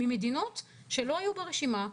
ממדינות שלא היו ברשימה,